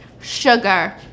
sugar